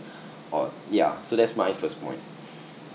or ya so that's my first point